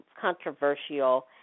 controversial